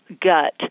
gut